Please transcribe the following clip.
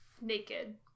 Naked